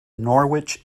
norwich